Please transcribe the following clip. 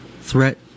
threat